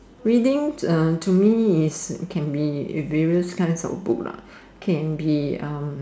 reading uh to me is can be various kinds of book lah can be um